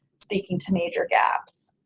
speaking to major gaps.